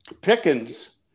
Pickens